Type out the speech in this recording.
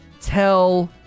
tell